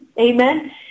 Amen